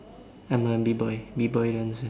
I'm a B-boy B-boy dancer